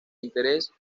intereses